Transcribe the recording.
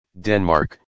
Denmark